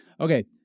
Okay